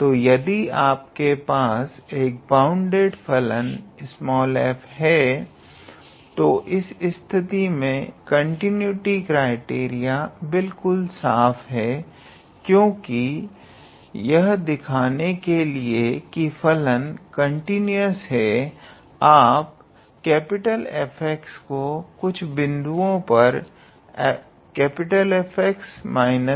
तो यदि आपके पास एक बाउंडेड फलन f हे तो इस स्थिति में कंटिन्यूटी क्राइटेरिया बिल्कुल साफ है क्योंकि यह दिखाने के लिए कि फलन कंटीन्यूअस है आप F को कुछ बिंदुओं पर Fx Fcaxftdt